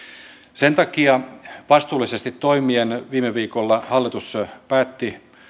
sen takia vastuullisesti toimien viime viikolla hallitus päätti